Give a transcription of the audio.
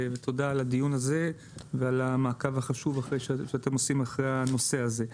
על הדיון הזה ועל המעקב החשוב שאתם עושים אחרי הנושא הזה.